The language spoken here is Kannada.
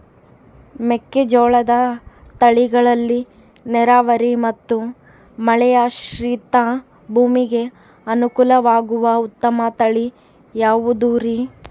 ಮೆಕ್ಕೆಜೋಳದ ತಳಿಗಳಲ್ಲಿ ನೇರಾವರಿ ಮತ್ತು ಮಳೆಯಾಶ್ರಿತ ಭೂಮಿಗೆ ಅನುಕೂಲವಾಗುವ ಉತ್ತಮ ತಳಿ ಯಾವುದುರಿ?